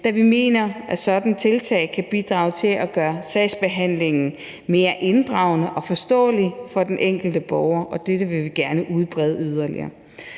da vi mener, at et sådant tiltag kan bidrage til at gøre sagsbehandlingen mere inddragende og forståelig for den enkelte borger, og dette vil vi gerne udbrede yderligere.